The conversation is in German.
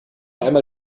einmal